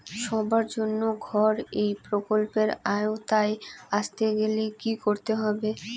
সবার জন্য ঘর এই প্রকল্পের আওতায় আসতে গেলে কি করতে হবে?